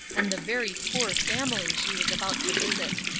and the very poor family she was about to visit.